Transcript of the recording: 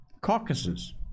caucuses